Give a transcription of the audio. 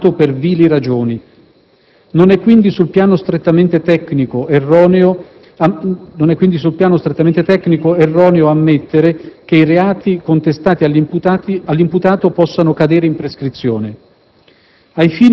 aggravato per «vili ragioni». Non è quindi, sul piano strettamente tecnico, erroneo ammettere che i reati contestati all'imputato possano cadere in prescrizione.